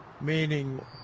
meaning